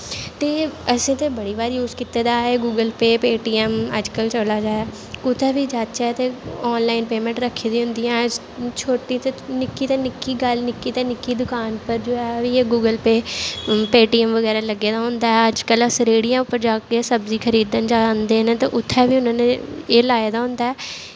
ते असें ते बड़ी बीरी यूज कीते दा ऐ गूगल पे पेटीऐम अज्जकल चला दा ऐ कुतै बी जाच्चै ते आनलाइन पेमैंट रक्खी दी होंदी ऐ छोटी ते निक्की तो निक्की गल्ल निक्की तो निक्क दकान पर जो ऐ गूगल पे पेटीऐम बगैरा लग्गे दा होंदा ऐ अज्जकल अस रहेड़ियें पर जाह्गे सब्जी खरीदन जांदे न ते उत्थै बी उ'नें नें एह् लाए दा होंदा ऐ